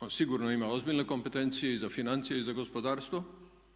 On sigurno ima ozbiljne kompetencije i za financije i za gospodarstvo